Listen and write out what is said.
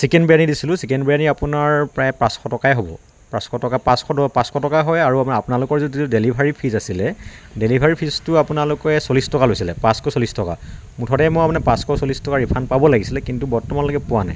chicken biryani দিছিলোঁ chicken biryani আপোনাৰ প্ৰায় পাঁচশ টকায়েই হ'ব পাঁচশ টকা পাঁচশ টকা হয় আৰু আমাৰ আপোনালোকৰ যিটো ডেলিভাৰী ফীজ আছিলে ডেলিভাৰী ফীজটো আপোনালোকে চল্লিছ টকা লৈছিলে পাঁচশ চল্লিছ টকা মুঠতে মই আপোনাৰ পাঁচশ চল্লিছ টকা ৰিফাণ্ড পাব লাগিছিলে কিন্তু বৰ্তমানলৈকে পোৱা নাই